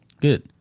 Good